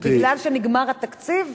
מפני שנגמר התקציב?